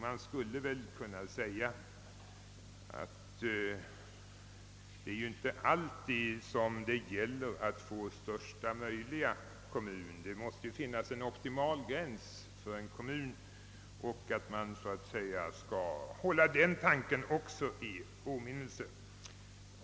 Man skulle väl kunna säga att det inte alltid gäller att skapa största möjliga kommun — det måste finnas en optimal storlek för kommunerna; detta är något som jag tycker att vi skall hålla i minnet.